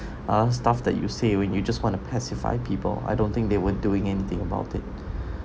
are stuff that you say when you just want to pacify people I don't think they were doing anything about it